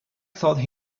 thought